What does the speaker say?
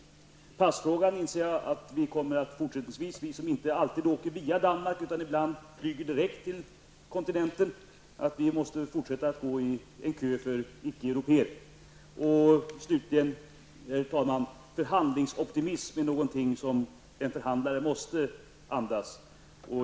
I passfrågan inser jag att vi som inte alltid åker via Danmark, utan ibland flyger direkt till kontinenten, måste fortsätta att gå i en kö för ickeeuropéer. Herr talman! Förhandlingsoptimism är någonting som en förhandlare måste andas.